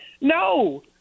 no